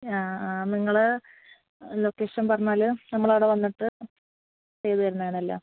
ആ ആ നിങ്ങള് ലൊക്കേഷൻ പറഞ്ഞാല് നമ്മളവിടെ വന്നിട്ട് ചെയ്ത് തരുന്നതാണെല്ലാം